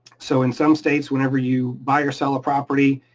so in some states, whenever you buy or sell a property,